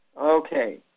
Okay